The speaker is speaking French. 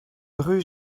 rue